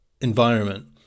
environment